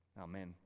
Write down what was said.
amen